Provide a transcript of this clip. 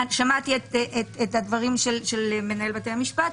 שמעתי את הדברים של מנהל בתי המשפט.